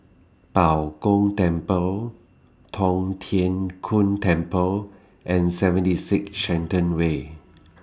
Bao Gong Temple Tong Tien Kung Temple and seventy six Shenton Way